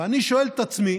ואני שואל את עצמי